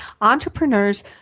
entrepreneurs